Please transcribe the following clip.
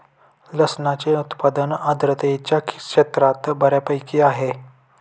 लसणाचे उत्पादन आर्द्रतेच्या क्षेत्रात बऱ्यापैकी आहे